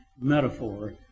metaphor